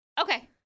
Okay